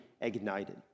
ignited